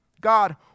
God